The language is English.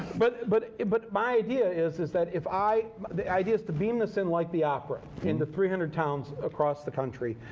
but but but my idea is is that if i the idea is to beam this in like the opera, into three hundred towns across the country.